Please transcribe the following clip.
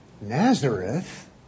Nazareth